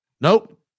Nope